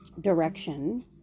direction